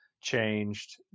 changed